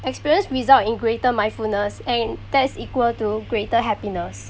experience result in greater mindfulness and that's equal to greater happiness